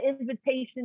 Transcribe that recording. invitation